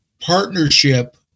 partnership